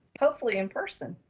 hopefully in person.